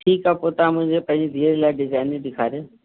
ठीकु आहे पोइ तव्हां मुंहिंजे पंहिंजे धीअ जे लाइ डिज़ाईनियूं ॾेखारियो